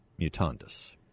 mutandus